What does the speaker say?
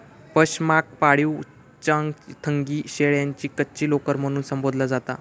पशमाक पाळीव चांगथंगी शेळ्यांची कच्ची लोकर म्हणून संबोधला जाता